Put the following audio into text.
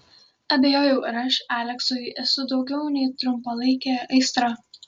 abejojau ar aš aleksui esu daugiau nei trumpalaikė aistra